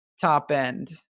top-end